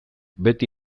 beti